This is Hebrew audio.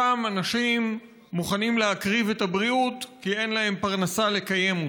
שם אנשים מוכנים להקריב את הבריאות כי אין להם פרנסה לקיים אותה.